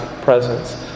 presence